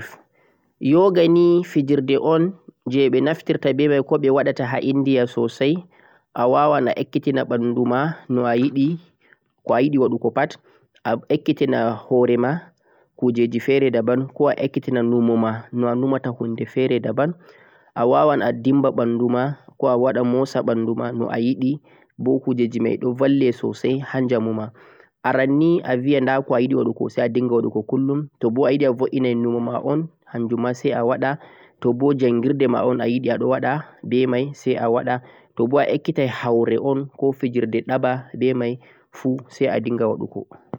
Yoga nii fijerde on je jonjugo ɓandu, kullum adinga waɗugo bo sai a tefa mo ekkitintama